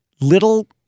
little